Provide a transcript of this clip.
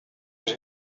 was